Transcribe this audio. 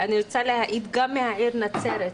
אני רוצה להעיד גם מהעיר נצרת,